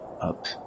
up